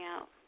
out